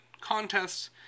contests